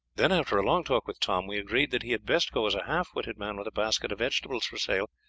then after a long talk with tom we agreed that he had best go as a half-witted man with a basket of vegetables for sale,